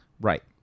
Right